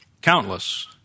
Countless